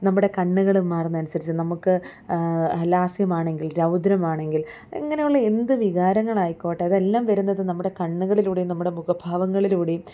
നമ്മുടെ കണ്ണുകൾ മാറുന്നത് അനുസരിച്ച് നമുക്ക് ലാസ്യമാണെങ്കിൽ രൗദ്രമാണെങ്കിൽ ഇങ്ങനെയുള്ള എന്ത് വികാരങ്ങൾ ആയിക്കോട്ടെ അതെല്ലാം വരുന്നത് നമ്മുടെ കണ്ണുകൾളിലൂടെയും നമ്മുടെ മുഖ ഭാവങ്ങളിലൂടെയും